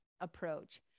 approach